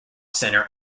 center